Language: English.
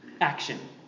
action